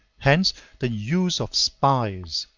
hence the use of spies,